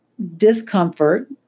Discomfort